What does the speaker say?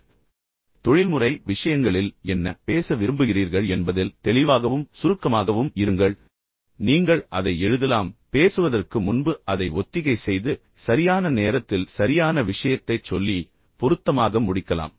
எனவே நீங்கள் குறிப்பாக தொழில்முறை விஷயங்களில் என்ன பேச விரும்புகிறீர்கள் என்பதை தெளிவாகவும் சுருக்கமாகவும் இருங்கள் நீங்கள் அதை எழுதலாம் பேசுவதற்கு முன்பு அதை ஒத்திகை செய்து சரியான நேரத்தில் சரியான விஷயத்தைச் சொல்லி பொருத்தமாக முடிக்கலாம்